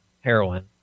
heroin